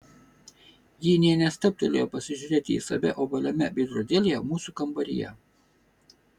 ji nė nestabtelėjo pasižiūrėti į save ovaliame veidrodėlyje mūsų kambaryje